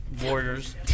warriors